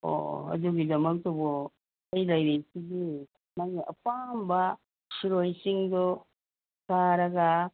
ꯑꯣ ꯑꯗꯨꯒꯤꯗꯃꯛꯇꯕꯨ ꯑꯩ ꯂꯩꯔꯤꯁꯤꯗꯤ ꯅꯪꯅ ꯑꯄꯥꯝꯕ ꯁꯤꯔꯣꯏ ꯆꯤꯡꯗꯣ ꯀꯥꯔꯒ